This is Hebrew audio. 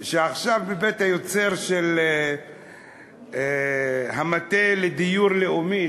מבית היוצר של המטה לדיור לאומי,